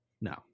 No